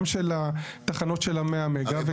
גם של התחנות של ה-100 מגה.